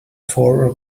four